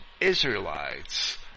Israelites